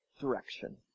direction